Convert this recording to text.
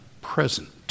present